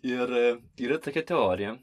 ir yra tokia teorija